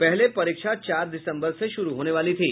पहले परीक्षा चार दिसम्बर से शुरू होने वाली थी